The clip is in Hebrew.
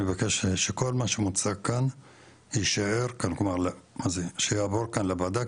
כל מה שמוצג כאן שיעבור כאן לוועדה,